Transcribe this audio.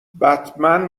بتمن